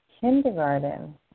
kindergarten